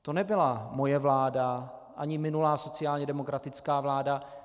To nebyla moje vláda ani minulá sociálně demokratická vláda.